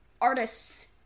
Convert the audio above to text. artists